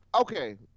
Okay